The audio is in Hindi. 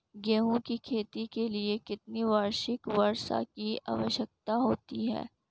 गेहूँ की खेती के लिए कितनी वार्षिक वर्षा की आवश्यकता होती है?